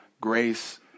grace